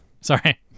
sorry